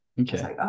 okay